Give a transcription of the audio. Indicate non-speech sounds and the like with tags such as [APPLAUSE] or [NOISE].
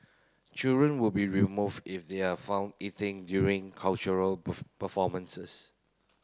children will be removed if they are found eating during cultural [UNINTELLIGIBLE] performances